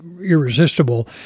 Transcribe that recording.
irresistible